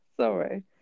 Sorry